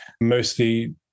mostly